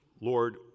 Lord